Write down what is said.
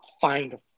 find